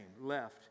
left